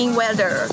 weather